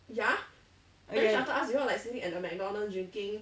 oh ya